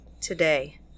today